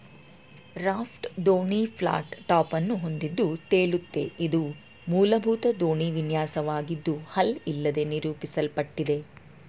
raft ದೋಣಿ flat ಟಾಪನ್ನು ಹೊಂದಿದ್ದು ತೇಲುತ್ತೆ ಇದು ಮೂಲಭೂತ ದೋಣಿ ವಿನ್ಯಾಸವಾಗಿದ್ದು ಹಲ್ ಇಲ್ಲದೇ ನಿರೂಪಿಸಲ್ಪಟ್ಟಿದೆ